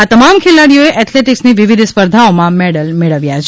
આ તમામ ખેલાડીઓએ એથેલેટીક્સની વિવિધ સ્પર્ધાઓમાં મેડલ મેળવ્યા છે